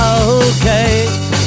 Okay